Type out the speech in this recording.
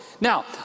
now